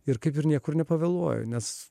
ir kaip ir niekur nepavėluoju nes